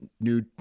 new